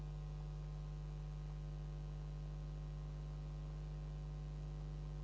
Hvala vam